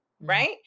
right